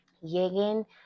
lleguen